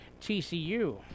TCU